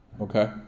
Okay